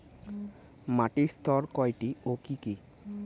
মাটির স্তর কয়টি ও কি কি?